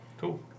Cool